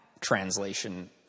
translation